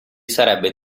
sarebbe